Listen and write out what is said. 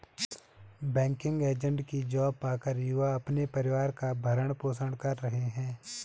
banking agent की job पाकर युवा अपने परिवार का भरण पोषण कर रहे है